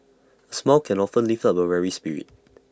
A smile can often lift up A weary spirit